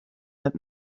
that